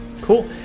Cool